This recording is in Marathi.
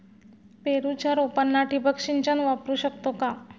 पेरूच्या रोपांना ठिबक सिंचन वापरू शकतो का?